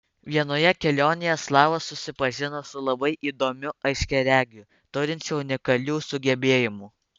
vienoje kelionėje slava susipažino su labai įdomiu aiškiaregiu turinčiu unikalių sugebėjimų